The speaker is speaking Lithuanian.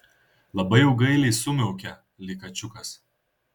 labai jau gailiai sumiaukė lyg kačiukas